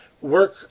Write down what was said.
work